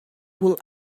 would